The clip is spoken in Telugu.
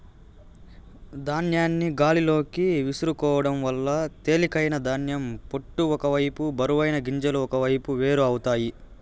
ధాన్యాన్ని గాలిలోకి విసురుకోవడం వల్ల తేలికైన ధాన్యం పొట్టు ఒక వైపు బరువైన గింజలు ఒకవైపు వేరు అవుతాయి